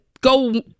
go